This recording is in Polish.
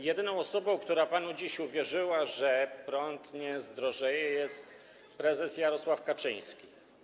Jedyną osobą, która panu dziś uwierzyła, że prąd nie zdrożeje, jest prezes Jarosław Kaczyński.